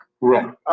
Right